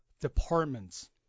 departments